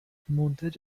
منتج